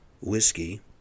whiskey